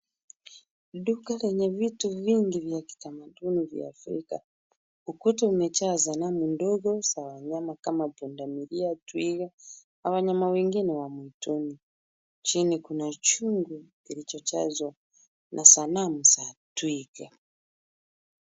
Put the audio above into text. Duka lenye vitu vingi vya kitamaduni vya Afrika. Ukuta umejaa sanamu ndogo za wanyama kama; pundamilia, twiga na wanyama wengine wa mwituni. Chini kuna chungu kilichojazwa na sanamu za twiga.